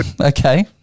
Okay